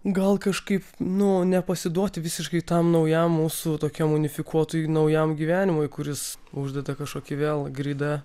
gal kažkaip nu nepasiduoti visiškai tam naujam mūsų tokiam unifikuotųjų naujam gyvenimui kuris uždeda kažkokį vėl gridą